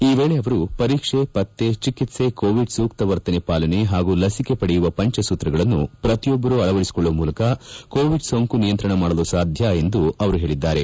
ಈ ವೇಳೆ ಅವರು ಪರೀಕ್ಷೆ ಪತ್ತೆ ಚಿಕಿತ್ಸೆ ಕೋವಿಡ್ ಸೂಕ್ತ ವರ್ತನೆ ಪಾಲನೆ ಹಾಗೂ ಲಸಿಕೆ ಪಡೆಯುವ ಪಂಚಸೂತ್ರಗಳನ್ನು ಪ್ರತಿಯೊಬ್ಬರು ಅಳವಡಿಸಿಕೊಳ್ಳುವ ಮೂಲಕ ಕೋವಿಡ್ ಸೋಂಕು ನಿಯಂತ್ರಣ ಮಾಡಲು ಸಾಧ್ದ ಎಂದು ಅವರು ಹೇಳಿದ್ದಾರೆ